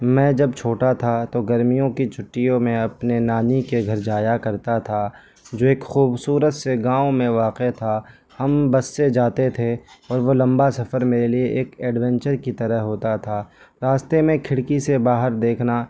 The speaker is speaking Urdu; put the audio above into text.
میں جب چھوٹا تھا تو گرمیوں کی چھٹیوں میں اپنے نانی کے گھر جایا کرتا تھا جو ایک خوبصورت سے گاؤں میں واقع تھا ہم بس سے جاتے تھے اور وہ لمبا سفر میرے لیے ایک ایڈوینچر کی طرح ہوتا تھا راستے میں کھڑکی سے باہر دیکھنا